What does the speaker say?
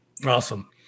Awesome